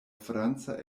franca